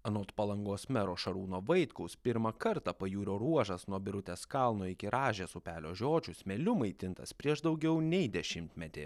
anot palangos mero šarūno vaitkaus pirmą kartą pajūrio ruožas nuo birutės kalno iki rąžės upelio žiočių smėliu maitintas prieš daugiau nei dešimtmetį